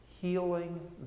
healing